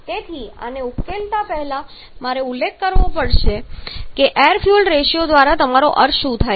તેથી આને ઉકેલતા પહેલા મારે ઉલ્લેખ કરવો પડશે કે એર ફ્યુઅલ રેશિયો દ્વારા તમારો અર્થ શું છે